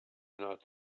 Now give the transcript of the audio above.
not